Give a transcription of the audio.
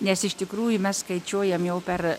nes iš tikrųjų mes skaičiuojam jau per